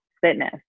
fitness